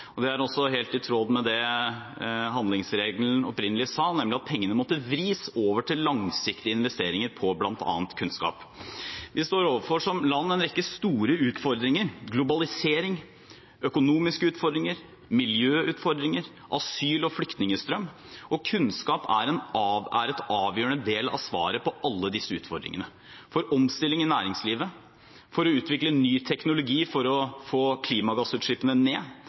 kunnskap. Det er også helt i tråd med det handlingsregelen opprinnelig sa, nemlig at pengene måtte vris over til langsiktige investeringer på bl.a. kunnskap. Som land står vi overfor en rekke store utfordringer – globalisering, økonomiske utfordringer, miljøutfordringer, asyl- og flyktningstrøm – og kunnskap er en avgjørende del av svaret på alle disse utfordringene; for omstilling i næringslivet, for å utvikle ny teknologi for å få klimagassutslippene ned,